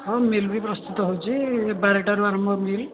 ହଁ ମିଲ୍ ବି ପ୍ରସ୍ତୁତ ହେଉଛି ବାରଟାରୁ ଆରମ୍ଭ ମିଲ୍